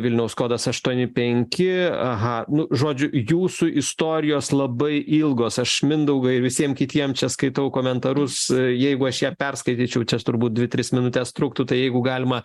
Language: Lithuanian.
vilniaus kodas aštuoni penki aha nu žodžiu jūsų istorijos labai ilgos aš mindaugui ir visiem kitiem čia skaitau komentarus jeigu aš ją perskaityčiau čia turbūt dvi tris minutes truktų tai jeigu galima